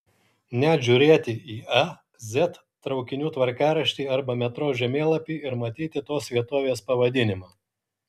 net žiūrėti į a z traukinių tvarkaraštį arba metro žemėlapį ir matyti tos vietovės pavadinimą